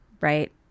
right